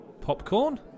Popcorn